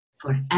forever